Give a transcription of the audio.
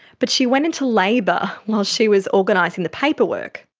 but she went into labour while she was organising the paperwork.